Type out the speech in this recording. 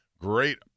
Great